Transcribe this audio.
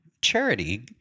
Charity